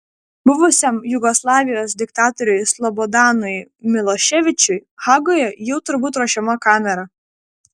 buvusiam jugoslavijos diktatoriui slobodanui miloševičiui hagoje jau turbūt ruošiama kamera